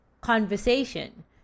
conversation